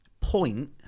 point